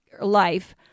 life